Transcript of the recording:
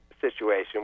situation